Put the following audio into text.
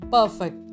Perfect